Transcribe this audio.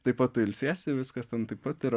taip pat tu ilsiesi viskas ten taip pat ir